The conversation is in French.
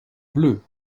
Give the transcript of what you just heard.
bleu